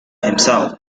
himself